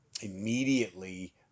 immediately